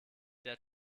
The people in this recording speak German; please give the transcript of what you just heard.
der